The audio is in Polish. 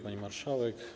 Pani Marszałek!